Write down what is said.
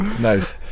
Nice